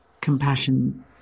compassion